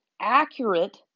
accurate